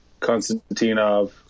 Konstantinov